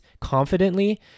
confidently